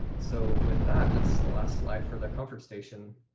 so with that, that's the last slide for the conference station.